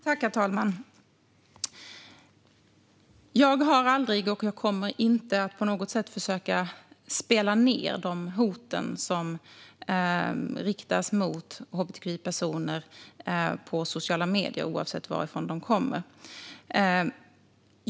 Herr talman! Jag har aldrig försökt och kommer inte att på något sätt försöka spela ned de hot som riktas mot hbtqi-personer på sociala medier, oavsett varifrån de kommer.